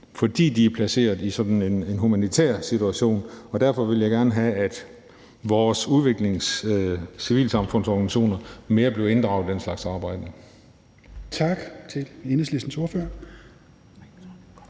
når de er placeret i sådan en humanitær situation. Derfor vil jeg gerne have, at vores civilsamfundsorganisationer bliver inddraget mere i den slags samarbejde. Kl. 15:57 Fjerde